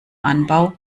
anbau